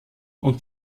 und